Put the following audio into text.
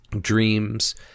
dreams